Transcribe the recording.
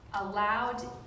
allowed